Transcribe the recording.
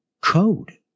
code